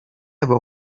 avoir